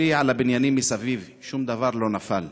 תסתכלי על הבניינים מסביב, שום דבר לא נפל,